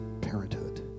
parenthood